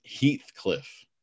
Heathcliff